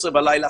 ב-12 בלילה,